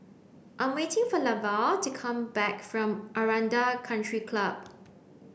I am waiting for Levar to come back from Aranda Country Club